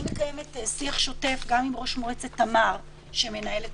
אני מקיימת שיח שוטף גם עם ראש מועצת תמר שמנהל את